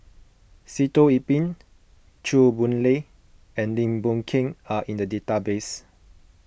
Sitoh Yih Pin Chew Boon Lay and Lim Boon Keng are in the database